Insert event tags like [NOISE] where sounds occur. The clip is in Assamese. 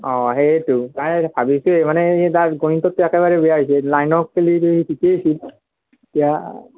অঁ সেয়েতো ভাবিছে মানে তাৰ গণিতততো একেবাৰে বেয়া হৈছে নাইনৰ [UNINTELLIGIBLE] ঠিকে আছিল এতিয়া